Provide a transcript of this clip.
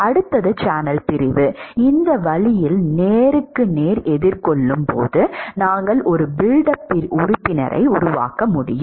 அடுத்தது சேனல் பிரிவு இந்த வழியில் நேருக்கு நேர் எதிர்கொள்ளும் போது நாங்கள் ஒரு பில்ட் அப் உறுப்பினரை வழங்க முடியும்